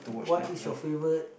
what is your favorite